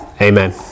amen